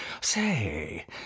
Say